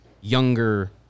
younger